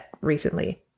recently